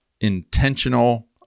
intentional